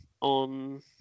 on